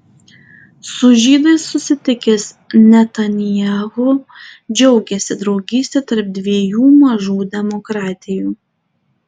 su žydais susitikęs netanyahu džiaugėsi draugyste tarp dviejų mažų demokratijų